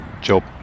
job